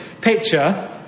picture